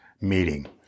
meeting